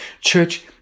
Church